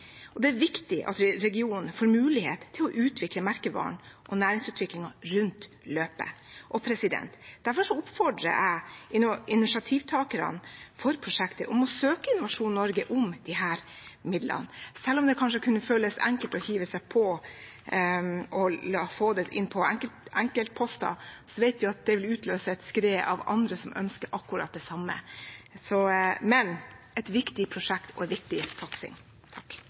Det er viktig at regionen får mulighet til å utvikle merkevaren og næringsutviklingen rundt løpet. Derfor oppfordrer jeg initiativtakerne for prosjektet til å søke Innovasjon Norge om disse midlene. Selv om det kanskje kunne føles enkelt å hive seg på og få det inn på enkeltposter, vet vi at det ville utløse et skred av andre som ønsker akkurat det samme. Men det er et viktig prosjekt og en viktig satsing.